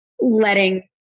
letting